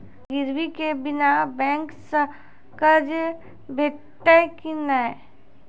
गिरवी के बिना बैंक सऽ कर्ज भेटतै की नै?